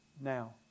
Now